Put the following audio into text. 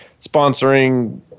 sponsoring